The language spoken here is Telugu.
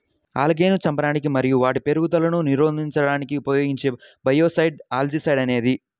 ఆల్గేను చంపడానికి మరియు వాటి పెరుగుదలను నిరోధించడానికి ఉపయోగించే బయోసైడ్ ఆల్జీసైడ్ అనేది